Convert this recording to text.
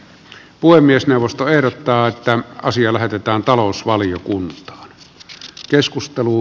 puhemiesneuvosto ehdottaa että asia lähetetään talousvaliokuntaan keskustelu